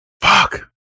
Fuck